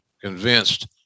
convinced